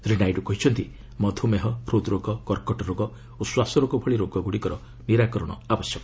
ଶ୍ରୀ ନାଇଡୁ କହିଛନ୍ତି ମଧୁମେହ ହୃଦ୍ରୋଗ କର୍କଟ ରୋଗ ଓ ଶ୍ୱାସ ରୋଗ ଭଳି ରୋଗଗୁଡ଼ିକର ନିରାକରଣ ଆବଶ୍ୟକ